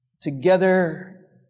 Together